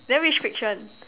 then which fiction